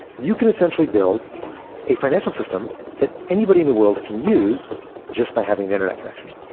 you can essentially build a financial system that anybody in the world can use just by having an internet connection.